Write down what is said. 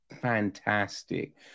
fantastic